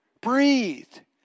breathed